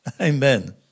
Amen